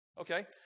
Okay